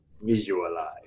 visualize